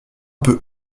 peu